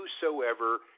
Whosoever